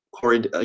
Corey